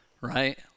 right